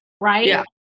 right